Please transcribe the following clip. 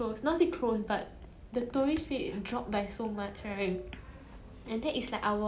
mm correct correct